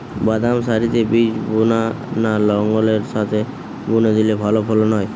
বাদাম সারিতে বীজ বোনা না লাঙ্গলের সাথে বুনে দিলে ভালো ফলন হয়?